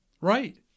Right